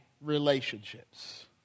relationships